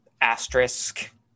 asterisk